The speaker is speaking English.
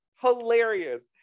hilarious